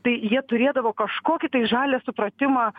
tai jie turėdavo kažkokį tai žalią supratimą